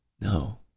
No